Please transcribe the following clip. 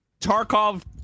Tarkov